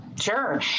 Sure